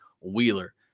Wheeler